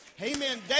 Amen